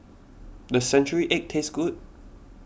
does Century Egg taste good